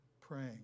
praying